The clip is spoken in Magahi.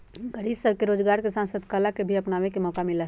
गरीब सब के रोजगार के साथ साथ कला के भी अपनावे के मौका मिला हई